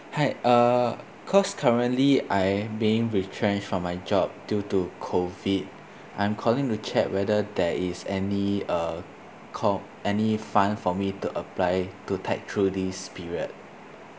hi uh cause currently I being retrench from my job due to COVID I'm calling to check whether there is any uh com~ any fund for me to apply to tide through this period